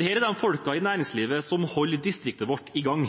er de folkene i næringslivet som holder distriktet vårt i gang.